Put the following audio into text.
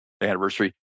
anniversary